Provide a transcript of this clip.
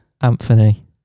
Anthony